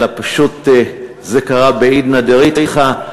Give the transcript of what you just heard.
אלא זה פשוט קרה בעידנא דרתחא.